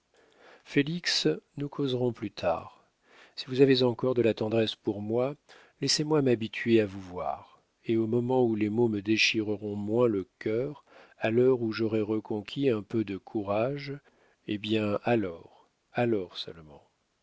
félix nous causerons plus tard si vous avez encore de la tendresse pour moi laissez-moi m'habituer à vous voir et au moment où les mots me déchireront moins le cœur à l'heure où j'aurai reconquis un peu de courage eh bien alors alors seulement